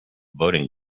voting